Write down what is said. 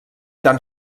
tan